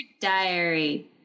Diary